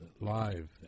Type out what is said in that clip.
live